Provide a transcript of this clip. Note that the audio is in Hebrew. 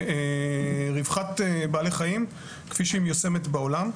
ורווחת בעלי החיים כפי שהיא מיושמת בעולם.